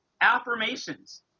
affirmations